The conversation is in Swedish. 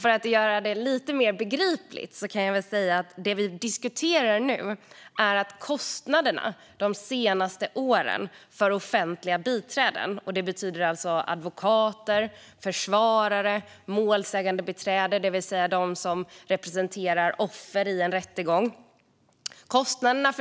För att göra det lite mer begripligt kan jag säga att det vi diskuterar nu är kostnaderna för offentliga biträden - advokater, försvarare och målsägandebiträden som representerar offren vid rättegångar.